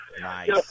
Nice